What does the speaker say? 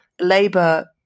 Labour